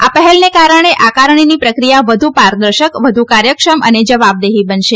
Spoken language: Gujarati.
આ પહેલને કારણે આકારણીની પ્રકિયા વધુ પારદર્શક વધુ કાર્યક્ષમ અને જવાબદેહી બનશે